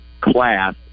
class